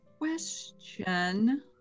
Question